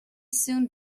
soon